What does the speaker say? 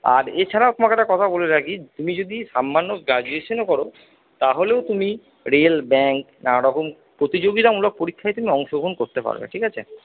আর এছাড়াও তোমাকে একটা কথা বলে রাখি তুমি যদি সামান্য গ্রাজুয়েশনও করো তাহলেও তুমি রেল ব্যাঙ্ক নানারকম প্রতিযোগিতামূলক পরীক্ষায় তুমি অংশগ্রহণ করতে পারবে ঠিক আছে